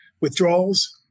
withdrawals